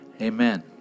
Amen